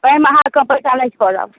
ओहिमे अहाँके हम पैसा नहि छोड़ब